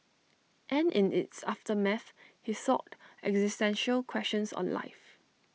and in its aftermath he sought existential questions on life